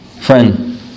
Friend